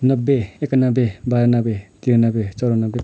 नब्बे एकानब्बे ब्यानब्बे तिरानब्बे चौरानब्बे